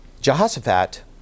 Jehoshaphat